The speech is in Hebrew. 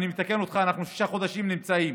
אני מתקן אותך, אנחנו שישה חודשים נמצאים.